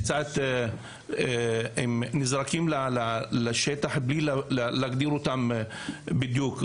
הם קצת נזרקים לשטח בלי להגדיר אותם בדיוק.